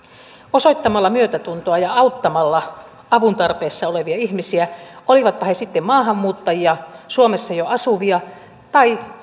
osoittamalla myötätuntoa ja auttamalla avun tarpeessa olevia ihmisiä olivatpa he sitten maahanmuuttajia suomessa jo asuvia tai